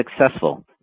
successful